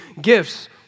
gifts